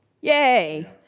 yay